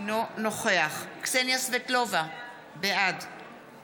אינו נוכח קסניה סבטלובה, בעד